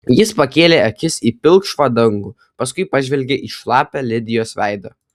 jis pakėlė akis į pilkšvą dangų paskui pažvelgė į šlapią lidijos veidą